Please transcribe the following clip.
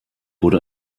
wurde